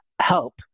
help